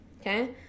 okay